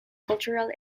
cultural